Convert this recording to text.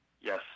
Yes